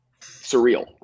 surreal